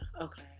okay